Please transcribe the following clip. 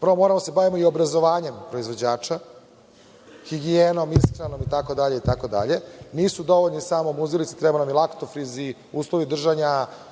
Moramo da se bavimo obrazovanjem proizvođača, higijenom itd, itd. Nisu dovoljne samo muzilice, trebaju nam i laktofrizi, uslovi držanja,